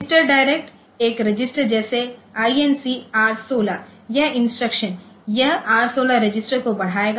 register direct एक register जैसे INC R16 यह इंस्ट्रक्शन यह R16 रजिस्टरको बढ़ाएगा